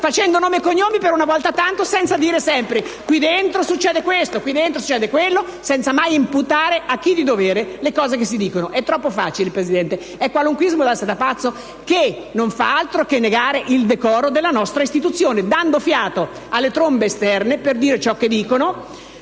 senatore Questore Cicolani)*, senza dire sempre che qui dentro succede questo e quello e senza mai imputare a chi di dovere le cose che si dicono. È troppo facile, Presidente, è qualunquismo da strapazzo che non fa altro che negare il decoro della nostra istituzione, dando fiato alle trombe esterne per dire ciò che dicono,